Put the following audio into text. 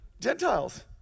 Gentiles